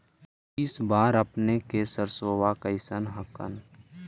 इस बार अपने के सरसोबा कैसन हकन?